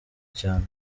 cyane